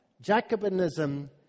Jacobinism